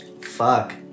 fuck